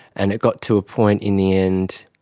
and it got to a point in the end